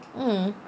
mm